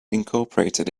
incorporated